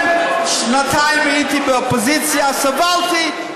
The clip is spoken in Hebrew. שנתיים הייתי באופוזיציה, סבלתי.